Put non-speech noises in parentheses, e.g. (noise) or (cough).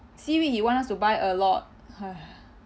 seaweed he want us to buy a lot (noise)